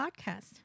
Podcast